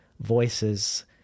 voices